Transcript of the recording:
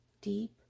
deep